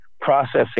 processing